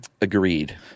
Agreed